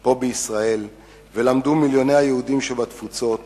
פה בישראל, ולמדו מיליוני היהודים שבתפוצות